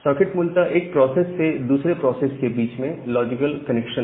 socket मूलतः एक process से दूसरे प्रोसेस के बीच में लॉजिकल कनेक्शन है